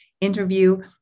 interview